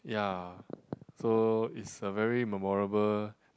yes so is a very memorable